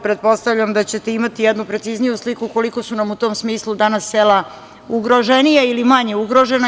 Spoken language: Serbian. Pretpostavljam da ćete imati jednu precizniju sliku koliko su nam u tom smislu danas sela ugroženija ili manje ugrožena.